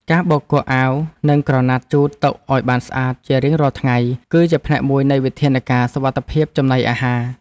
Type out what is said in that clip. ការបោកគក់អាវនិងក្រណាត់ជូតតុឱ្យបានស្អាតជារៀងរាល់ថ្ងៃ គឺជាផ្នែកមួយនៃវិធានការសុវត្ថិភាពចំណីអាហារ។